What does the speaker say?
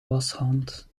washand